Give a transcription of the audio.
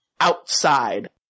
outside